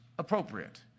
appropriate